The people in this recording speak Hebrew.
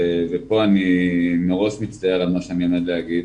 אני מראש מצטער על מה שאני עומד להגיד,